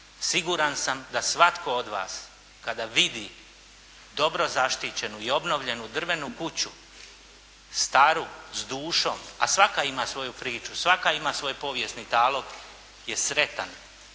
Siguran sam da svatko od vas kada vidi dobro zaštićenu i obnovljenu drvenu kuću, staru s dušom, a svaka ima svoju priču, svaka ima svoj povijesni talog, je sretan